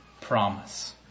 promise